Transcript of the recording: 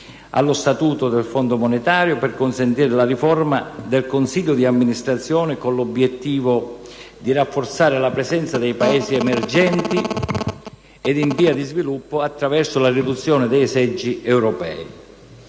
allo Statuto del Fondo monetario per consentire la riforma del consiglio di amministrazione, con l'obiettivo di rafforzare la presenza dei Paesi emergenti e in via di sviluppo attraverso la riduzione dei seggi europei.